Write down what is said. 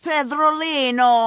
Pedrolino